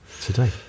today